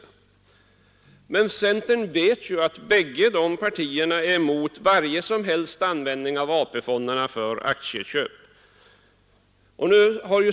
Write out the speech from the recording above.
Nu vet centern att båda dessa partier är emot varje som helst användande av AP-fonderna för aktieköp.